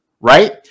Right